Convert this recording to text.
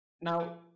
Now